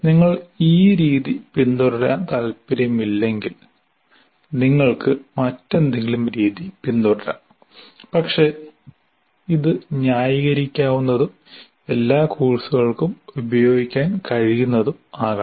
നിങ്ങൾക്ക് ഈ രീതി പിന്തുടരാൻ താൽപ്പര്യമില്ലെങ്കിൽ നിങ്ങൾക്ക് മറ്റെന്തെങ്കിലും രീതി പിന്തുടരാം പക്ഷേ ഇത് ന്യായീകരിക്കാവുന്നതും എല്ലാ കോഴ്സുകൾക്കും ഉപയോഗിക്കാൻ കഴിയുന്നതും ആകണം